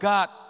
God